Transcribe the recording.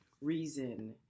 reason